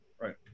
Right